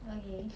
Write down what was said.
okay